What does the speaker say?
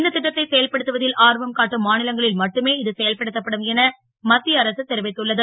இந்த ட்டத்தை செயல்படுத்துவ ல் ஆர்வம் காட்டும் மா லங்களில் மட்டுமே இது செயல்படுத்தப்படும் என மத் ய அரசு தெரிவித்துள்ளது